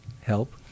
help